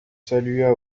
salua